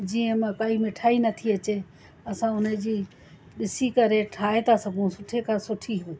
जीअं मां काई मिठाई नथी अचे असां उन जी ॾिसी करे ठाहे था सघूं सुठे खां सुठी